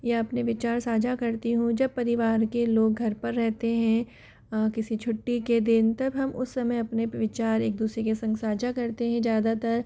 या अपने विचार साझा करती हूँ जब परिवार के लोग घर पर रहते हैं किसी छुट्टी के दिन तब हम उस समय अपने विचार एक दूसरे के संग साझा करते हैं ज़्यादातर